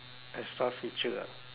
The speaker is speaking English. as far feature ah